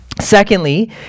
Secondly